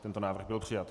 Tento návrh byl přijat.